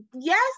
yes